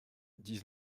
dix